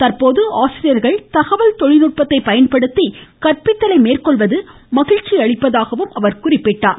தற்போது ஆசிரியர்கள் தகவல்தொழில் நுட்பத்தை பயன்படுத்தி கற்பித்தலை மேற்கொள்வது மகிழ்ச்சியளிப்பதாகவும் அவர் குறிப்பிட்டார்